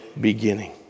beginning